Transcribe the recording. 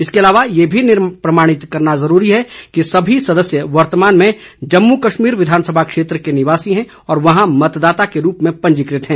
इसके अलावा यह भी प्रमाणित करना जरूरी है कि सभी सदस्य वर्तमान में जम्मू कश्मीर विधानसभा क्षेत्र के निवासी हैं और वहां मतदाता के रूप में पंजीकृत हैं